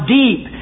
deep